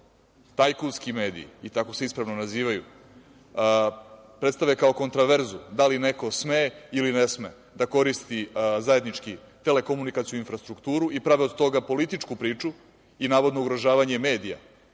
tajkunski mediji, tako se ispravno nazivaju, predstave kao kontraverzu da li neko sme ili ne sme da koristi zajedničku telekomunikacionu infrastrukturu i prave od toga političku priču i navodno ugrožavanje medija,